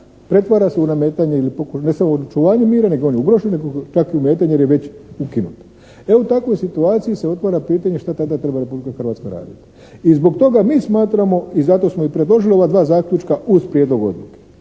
pretvara se u nametanje ili ne samo u očuvanju mira nego onih ugroženih takvih umetanja jer je već ukinut. E u takvoj situaciji se otvara pitanje šta tada treba Republika Hrvatska raditi. I zbog toga mi smatramo i zato smo i predložili ova dva zaključka uz Prijedlog odluke,